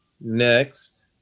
Next